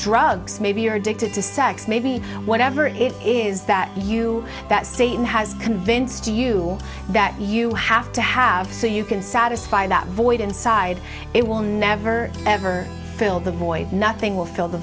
drugs maybe you're addicted to sex maybe whatever it is that you that satan has convinced you that you have to have so you can satisfy that void inside it will never ever fill the void nothing will fill the